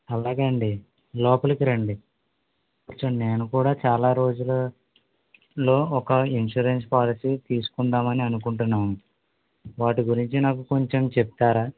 అలాగా అండి లోపలికి రండి కూర్చోండి నేను కూడా చాలా రోజులులో ఒక ఇంషూరెన్స్ పాలసీ తీస్కుందాం అని అనుకుంటున్నాను వాటి గురించి నాకు కొంచం చెప్తారా